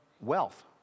wealth